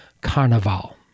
Carnival